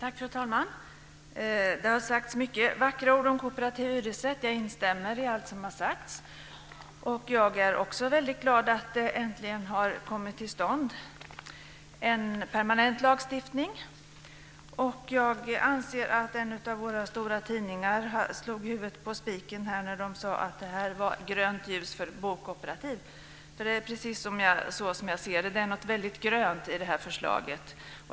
Fru talman! Det har sagts många vackra ord om kooperativ hyresrätt. Jag instämmer i allt som har sagts. Jag är också väldigt glad att det äntligen har kommit till stånd en permanent lagstiftning. Jag anser att en av våra stora tidningar slog huvudet på spiken när man skrev att det var "grönt ljus för bokooperativ". Det är precis så jag ser det, dvs. det är något grönt i förslaget.